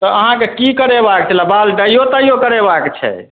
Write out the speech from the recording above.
तऽ अहाँके कि करेबाक छलै बाल डाइओ ताइओ करेबाक छै